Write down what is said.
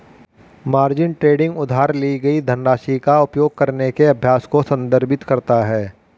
margin trading उधार ली गई धनराशि का उपयोग करने के अभ्यास को संदर्भित करता है